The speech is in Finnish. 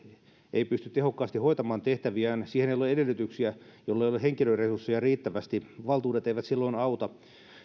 ei pysty tehokkaasti hoitamaan tehtäviään siihen ei ole edellytyksiä jollei ole henkilöresursseja riittävästi valtuudet eivät silloin auta